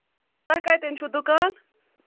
تۅہہِ کَتیٚن چھُو دُکان